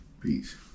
Peace